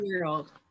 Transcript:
world